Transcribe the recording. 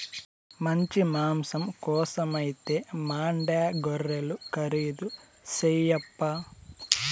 మంచి మాంసం కోసమైతే మాండ్యా గొర్రెలు ఖరీదు చేయప్పా